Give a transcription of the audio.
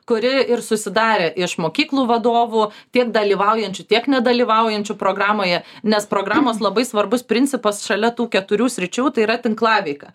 kuri ir susidarė iš mokyklų vadovų tiek dalyvaujančių tiek nedalyvaujančių programoje nes programos labai svarbus principas šalia tų keturių sričių tai yra tinklaveika